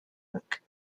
book